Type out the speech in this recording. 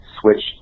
switched